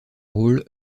rôle